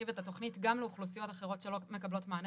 גם לאוכלוסיות אחרות שלא מקבלות מענה